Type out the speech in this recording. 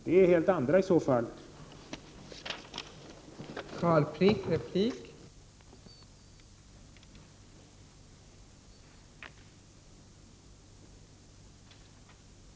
Det krävs helt andra åtgärder för detta.